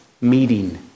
meeting